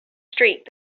streak